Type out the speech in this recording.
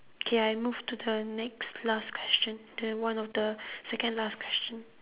okay I move to the next last question the one of the second last question